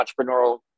entrepreneurial